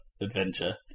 adventure